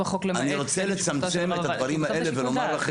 "למעט" --- אני רוצה לצמצם את הדברים האלה ולומר לכם,